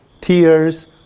tears